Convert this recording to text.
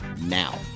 now